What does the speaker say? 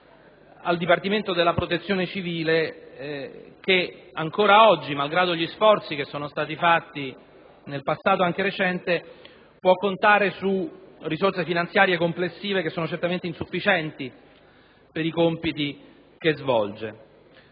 al Dipartimento della protezione civile che ancora oggi, malgrado gli sforzi fatti nel passato anche recente, può contare su risorse finanziarie complessive certamente insufficienti per i compiti che svolge.